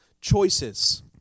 choices